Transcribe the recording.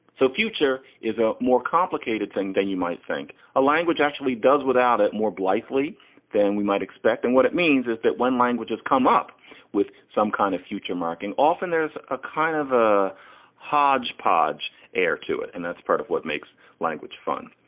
so future is a more complicated thing than you might think a language actually does without it more blithely than we might expect. and what it means is that when languages come up with some kind of future marking, often there's a kind of a hodgepodge air to it. and that's part of what makes language fun.